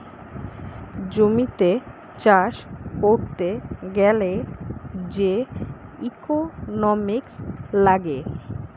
জমিতে চাষ করতে গ্যালে যে ইকোনোমিক্স লাগে